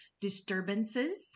disturbances